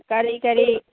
ꯀꯔꯤ ꯀꯔꯤ